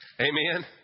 Amen